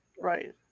right